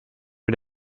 mit